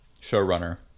showrunner